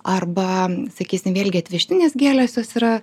arba sakysim vėlgi atvežtinės gėlės jos yra